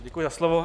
Děkuji za slovo.